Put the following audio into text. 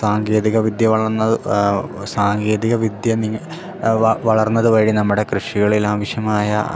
സാങ്കേതിക വിദ്യ വളർന്നത് സാങ്കേതിക വിദ്യ നിങ് വളർന്നത് വഴി നമ്മുടെ കൃഷികളിൽ ആവശ്യമായ